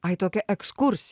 ai tokia ekskursi